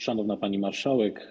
Szanowna Pani Marszałek!